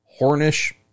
Hornish